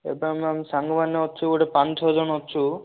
ଏବେ ଆମେ ଆମେ ସାଙ୍ଗମାନେ ଅଛୁ ଗୋଟେ ପାଞ୍ଚ ଛଅ ଜଣ ଅଛୁ